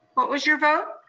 what was your vote?